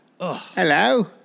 Hello